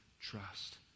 trust